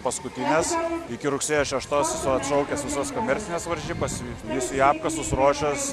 paskutinės iki rugsėjo šeštos esu atšaukęs visas komercines varžybas lysiu į apkasus ruošiuos